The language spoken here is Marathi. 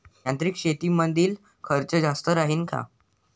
यांत्रिक शेतीमंदील खर्च जास्त राहीन का?